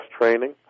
training